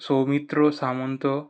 Soumitra Samanta